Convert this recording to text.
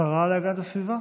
השרה להגנת הסביבה.